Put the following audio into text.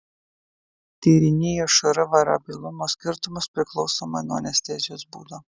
tyrinėjo šr variabilumo skirtumus priklausomai nuo anestezijos būdo